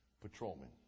Patrolmen